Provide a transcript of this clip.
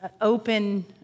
open